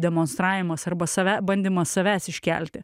demonstravimas arba save bandymas savęs iškelti